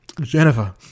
Jennifer